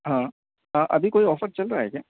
हाँ हाँ अभी कोई ऑफ़र चल रहा है क्या